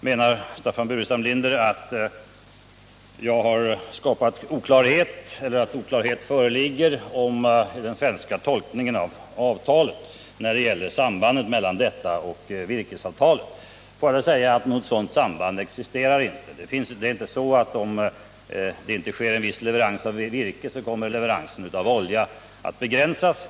menar Staffan Burenstam Linder att oklarhet föreligger om tolkningen när det gäller sambandet mellan detta och oljeavtalet. Låt mig med anledning av det säga att något sådant samband inte existerar. Det är inte så att om det inte sker en viss leverans av virke så kommer leveransen av olja att begränsas.